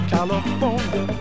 California